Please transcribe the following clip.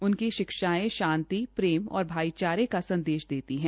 उनकी शिक्षायें शांति प्रेम और भाईचारे का संदेश देती है